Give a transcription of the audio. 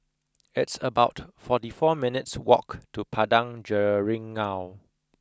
it's about forty four minutes' walk to Padang Jeringau